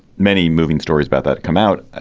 many moving stories about that come out.